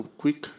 quick